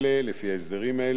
לפי ההסדרים האלה,